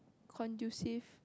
conducive